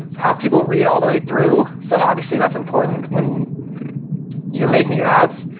have people read all the way through, so obviously that's important when you're making your ads.